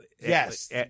Yes